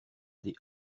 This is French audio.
des